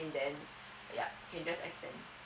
and then yup can just extend